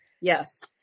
Yes